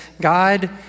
God